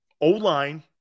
O-line